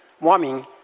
warming